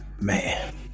Man